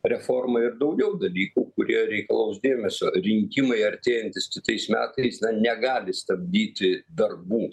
reforma ir daugiau dalykų kurie reikalaus dėmesio rinkimai artėjantys kitais metais negali stabdyti darbų